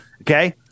okay